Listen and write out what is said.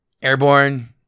Airborne